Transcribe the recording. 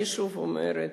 אני שוב אומרת,